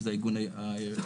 שזה הארגון העיקרי,